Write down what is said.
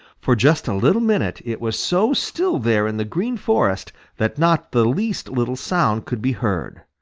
for just a little minute it was so still there in the green forest that not the least little sound could be heard.